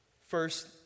First